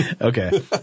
Okay